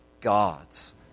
God's